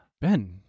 Ben